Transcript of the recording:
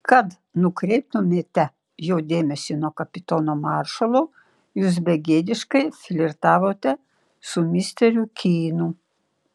kad nukreiptumėte jo dėmesį nuo kapitono maršalo jūs begėdiškai flirtavote su misteriu kynu